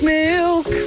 milk